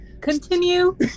Continue